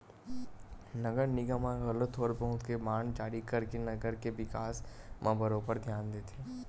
नगर निगम ह घलो थोर बहुत के बांड जारी करके नगर के बिकास म बरोबर धियान देथे